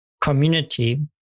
community